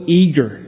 eager